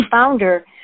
founder